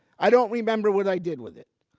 i don't remember what i did with it.